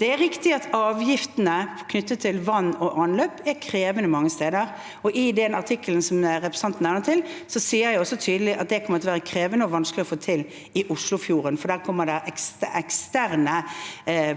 Det er riktig at avgiftene knyttet til vann og avløp er krevende mange steder, og i den artikkelen som representanten viser til, sier jeg også tydelig at dette kommer til å være krevende og vanskelig å få til i Oslofjorden, for der kommer det eksterne